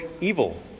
evil